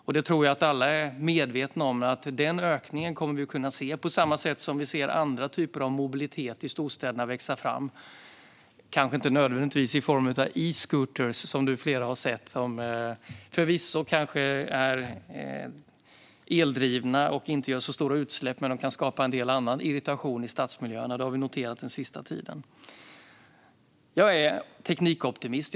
Jag tror att alla är medvetna om att vi kommer att kunna se denna ökning på samma sätt som vi ser andra typer av mobilitet växa fram i storstäderna, kanske inte nödvändigtvis i form av elskotrar som flera har sett och som förvisso är eldrivna och inte ger så stora utsläpp men som kan skapa en del annan irritation i stadsmiljöerna. Det har vi noterat den senaste tiden. Jag är teknikoptimist.